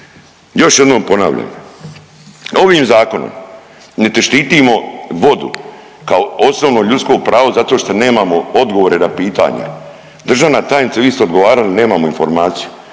Još jednom ponavljam, ovim zakonom niti štitimo vodu kao osnovno ljudsko pravo zato šta nemamo odgovore na pitanja. Državna tajnice vi ste odgovarali, nemamo informaciju,